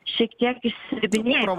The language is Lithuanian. šiek tiek išsidirbinėjimą